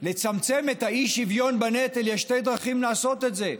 לצמצם את האי-שוויון בנטל יש שתי דרכים לעשות את זה: